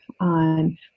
on